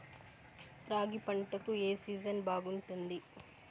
రాగి పంటకు, ఏ సీజన్ బాగుంటుంది?